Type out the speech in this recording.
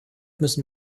müssen